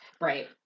Right